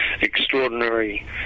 extraordinary